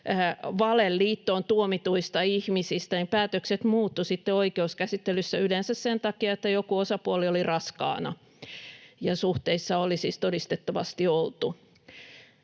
valeliittoon tuomituista ihmisistä päätökset muuttuivat sitten oikeuskäsittelyssä yleensä sen takia, että joku osapuoli oli raskaana ja suhteissa oli siis todistettavasti oltu.